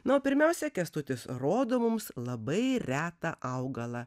na o pirmiausia kęstutis rodo mums labai retą augalą